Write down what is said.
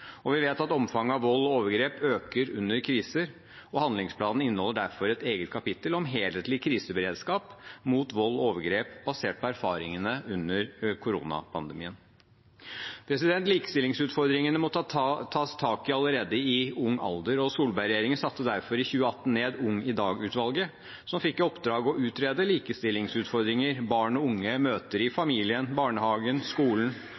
Vi vet at omfanget av vold og overgrep øker under kriser, og handlingsplanen inneholder derfor et eget kapittel om helhetlig kriseberedskap mot vold og overgrep, basert på erfaringene under koronapandemien. Likestillingsutfordringene må tas tak i allerede i ung alder, og Solberg-regjeringen satte derfor i 2018 ned UngIDag-utvalget, som fikk i oppdrag å utrede likestillingsutfordringer barn og unge møter i familien, barnehagen og skolen,